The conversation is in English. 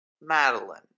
Madeline